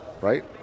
right